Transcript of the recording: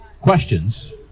questions